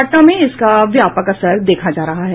पटना में इसका व्यापक असर देखा जा रहा है